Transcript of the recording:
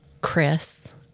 Chris